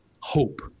hope